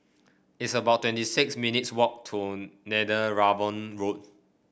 it's about twenty six minutes walk to Netheravon Road